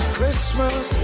Christmas